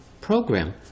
program